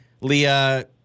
Leah